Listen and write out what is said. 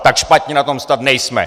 Tak špatně na tom snad nejsme!